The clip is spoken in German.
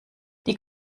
die